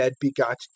begot